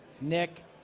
Nick